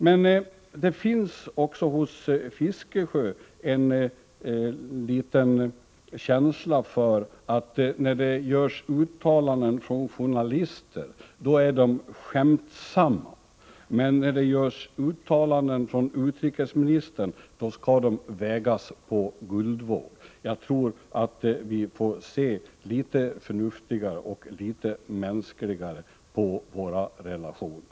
Men det tycks också hos Bertil Fiskesjö finnas en liten känsla av att uttalanden som görs från journalister är skämtsamma, men uttalanden som görs av utrikesministern skall vägas på guldvåg. Jag tror att vi får se litet förnuftigare och litet mer mänskligt på våra relationer!